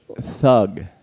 Thug